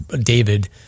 David